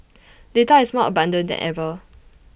data is more abundant than ever